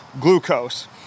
glucose